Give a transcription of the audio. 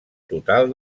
total